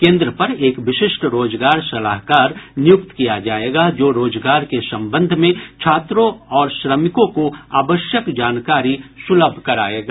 केन्द्र पर एक विशिष्ट रोजगार सलाहकार नियुक्त किया जायेगा जो रोजगार के संबंध में छात्रों और श्रमिकों को आवश्यक जानकारी सुलभ करायेगा